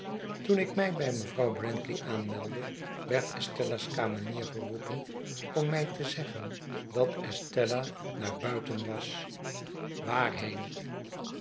toen ik my bij mevrouw brandley aanmeldde werd estella's kamenier geroepen om mij te zeggen dat esteila naar buiten was waarheen